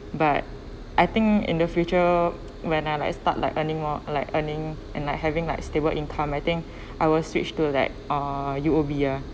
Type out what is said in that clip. but I think in the future when I like start like earning more like earning and like having like stable income I think I will switch to like uh U_O_B ah